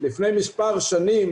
לפני מספר שנים